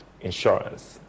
Insurance